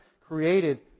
created